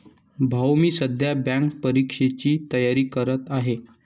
भाऊ मी सध्या बँक परीक्षेची तयारी करत आहे